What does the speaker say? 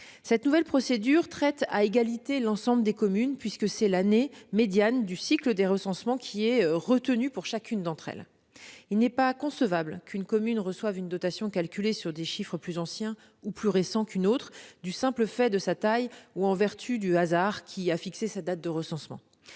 Cette nouvelle procédure traite à égalité l'ensemble des communes, puisque c'est l'année médiane du cycle des recensements qui est retenue. Il n'est pas concevable qu'une commune reçoive une dotation calculée sur des chiffres plus anciens ou plus récents, du simple fait de sa taille ou en vertu du hasard ayant fixé la date du recensement.